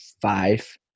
five